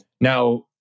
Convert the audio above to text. Now